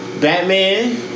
Batman